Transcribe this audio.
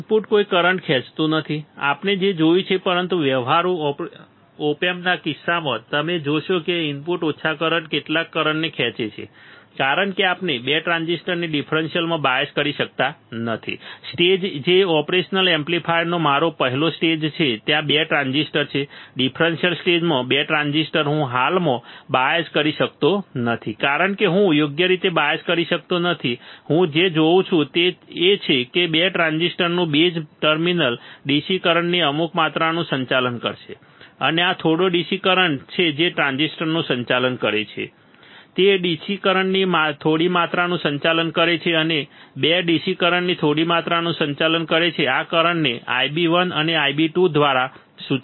input કોઈ current ખેંચતું નથી આપણે તે જોયું છે પરંતુ વ્યવહારુ ઓપ એમ્પ્સના કિસ્સામાં તમે જોશો કે ઇનપુટ ઓછા કરંટના કેટલાક કરંટને ખેંચે છે કારણ કે આપણે 2 ટ્રાન્ઝિસ્ટરને ડિફરન્સીયલમાં બાયઝ કરી શકતા નથી સ્ટેજ જે ઓપરેશનલ એમ્પ્લીફાયરનો મારો પહેલો સ્ટેજ છે ત્યાં 2 ટ્રાન્ઝિસ્ટર છે ડિફરન્સીયલ સ્ટેજમાં 2 ટ્રાન્ઝિસ્ટર હું હાલમાં બાયઝ કરી શકતો નથી કારણ કે હું યોગ્ય રીતે બાયઝ કરી શકતો નથી હું જે જોઉં છું તે એ છે કે 2 ટ્રાન્ઝિસ્ટરનું બેઝ ટર્મિનલ DC કરંટની અમુક માત્રાનું સંચાલન કરશે અને આ થોડો DC કરંટ જે તે ટ્રાન્ઝિસ્ટરનું સંચાલન કરે છે તે DC કરંટની થોડી માત્રાનું સંચાલન કરે છે અને 2 DC કરંટની થોડી માત્રાનું સંચાલન કરે છે આ કરંટને Ib1 અને Ib2 દ્વારા સૂચવવામાં આવે છે બરાબર